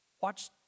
watch